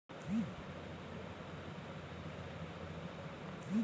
রাইসিল মালে হছে কিছমিছ যেট আঙুরকে শুঁকায় বালাল হ্যয়